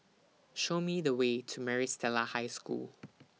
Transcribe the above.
Show Me The Way to Maris Stella High School